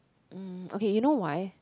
mm okay you know why